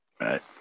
Right